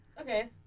Okay